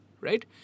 right